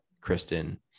Kristen